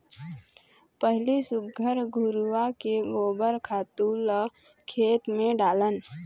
पहिली सुग्घर घुरूवा के गोबर खातू ल खेत म डालन